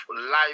life